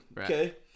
Okay